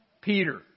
Peter